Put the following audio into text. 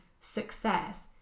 success